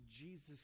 Jesus